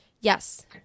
Yes